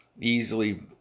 easily